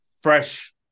fresh